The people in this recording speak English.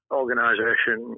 organization